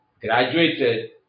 graduated